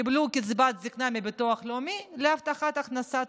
קיבלו קצבת זקנה מביטוח לאומי כתוספת להבטחת הכנסה.